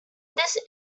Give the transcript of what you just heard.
this